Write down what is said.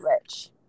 rich